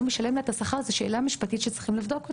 משלם לה את השכר זאת שאלה משפטית שצריך לבדוק אותה.